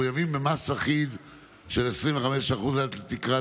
התשפ"ג 2022, של חבר הכנסת יעקב